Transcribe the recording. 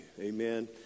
Amen